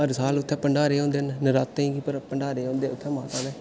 ते हर साल उत्थें भंडारे होंदे न नरातें गी भंडारे होंदे उत्थें माता दे